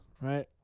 right